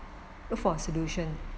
look for a solution